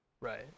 Right